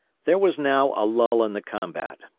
there was now a lull in the combat.